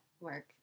work